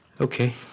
okay